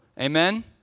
Amen